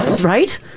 right